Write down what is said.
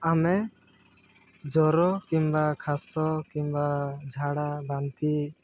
ଆମେ ଜ୍ୱର କିମ୍ବା ଖାସ କିମ୍ବା ଝାଡ଼ା ବାନ୍ତି